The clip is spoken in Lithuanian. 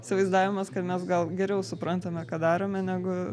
įsivaizdavimas kad mes gal geriau suprantame ką darome negu